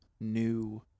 new